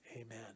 Amen